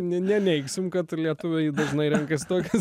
neneigsim kad lietuviai dažnai renkasi tokias